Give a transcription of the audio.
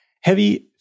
Heavy